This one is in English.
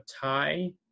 tie